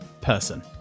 person